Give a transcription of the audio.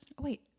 Wait